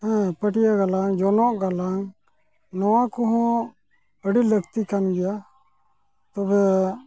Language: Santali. ᱦᱮᱸ ᱯᱟᱹᱴᱭᱟᱹ ᱜᱟᱞᱟᱝ ᱡᱚᱱᱚᱜ ᱜᱟᱞᱟᱝ ᱱᱚᱣᱟ ᱠᱚᱦᱚᱸ ᱟᱹᱰᱤ ᱞᱟᱹᱠᱛᱤ ᱠᱟᱱ ᱜᱮᱭᱟ ᱛᱚᱵᱮ